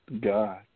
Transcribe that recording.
God